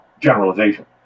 generalization